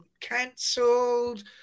cancelled